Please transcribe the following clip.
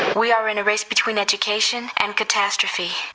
we are in a race between education and catastrophe